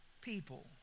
people